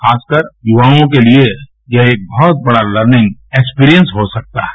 खासकर युवाओं के लिए यह एक बहुत बड़ा लर्निंग एक्सपिरियंस हो सकता है